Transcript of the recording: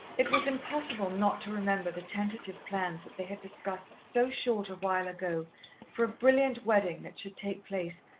it was impossible not to remember the tentative plans that they had discussed so short a while ago for a brilliant wedding that should take place,